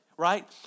Right